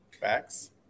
Facts